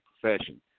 profession